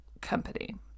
company